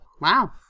Wow